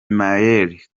mireille